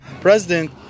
President